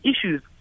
issues